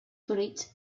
fruits